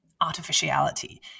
artificiality